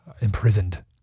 imprisoned